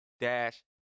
dash